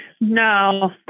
no